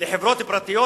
לחברות פרטיות,